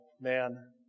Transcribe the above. man